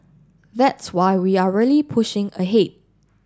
that's why we are really pushing ahead